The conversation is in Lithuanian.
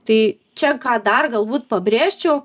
tai čia ką dar galbūt pabrėžčiau